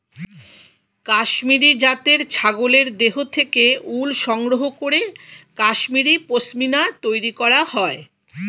কাশ্মীরি জাতের ছাগলের দেহ থেকে উল সংগ্রহ করে কাশ্মীরি পশ্মিনা তৈরি করা হয়